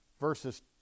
verses